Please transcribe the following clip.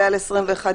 פרסומה",